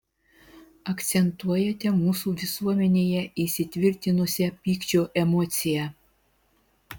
akcentuojate mūsų visuomenėje įsitvirtinusią pykčio emociją